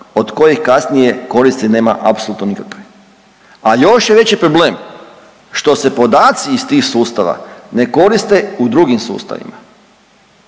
od kojih kasnije koristi nema apsolutno nikakve, a još je veći problem što se podaci iz tih sustava ne koriste u drugim sustavima.